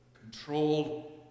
controlled